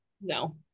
No